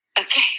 Okay